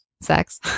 Sex